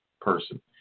person